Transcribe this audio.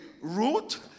root